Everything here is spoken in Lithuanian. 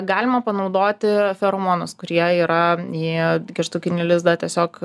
galima panaudoti feromonus kurie yra įėjo į kištukinį lizdą tiesiog